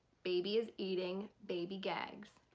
baby is eating, baby gags.